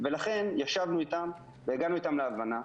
ולכן, ישבנו איתם והגענו איתם להבנה.